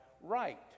Right